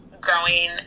growing